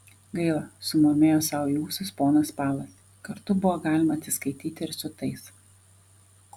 gaila sumurmėjo sau į ūsus ponas palas kartu buvo galima atsiskaityti ir su tais